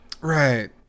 right